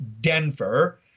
Denver